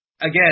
Again